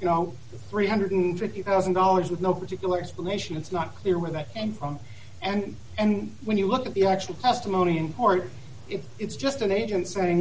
you know three hundred and fifty thousand dollars with no particular explanation it's not clear where that and from and and when you look at the actual testimony in court if it's just an agent saying